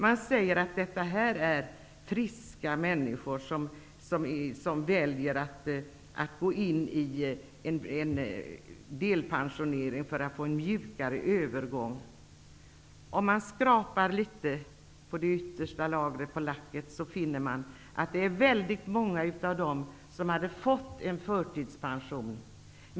Man säger att det handlar om friska människor som väljer en delpensionering för att få en mjukare övergång. Om man skrapar litet på det yttersta lagret på lacket finner man att många av dem hade kunnat få en förtidspension.